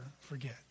forget